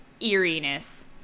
eeriness